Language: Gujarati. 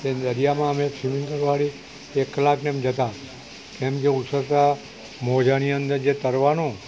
એટલે દરિયામાં અમે સ્વિમિંગ કરવા માટે એક કલાક ને એમ જતાં એમ જે ઉછળતા મોજાની અંદર જે તરવાનું